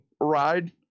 ride